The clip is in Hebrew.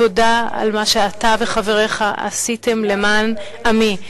תודה על מה שאתה וחבריך עשיתם למען עמי,